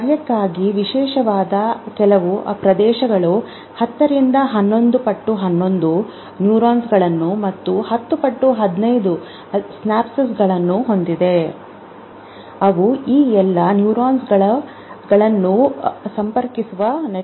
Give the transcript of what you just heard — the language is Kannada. ಕಾರ್ಯಕ್ಕಾಗಿ ವಿಶೇಷವಾದ ಕೆಲವು ಪ್ರದೇಶಗಳು 10 ರಿಂದ 1111 ನ್ಯೂರಾನ್ಗಳನ್ನು ಮತ್ತು 1015 ಸಿನಾಪ್ಗಳನ್ನು ಹೊಂದಿವೆ